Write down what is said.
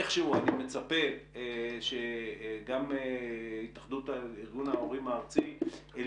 איכשהו אני מצפה שגם ארגון ההורים הארצי אל